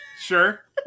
Sure